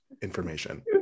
information